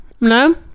No